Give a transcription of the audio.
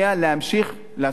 להמשיך לעשות,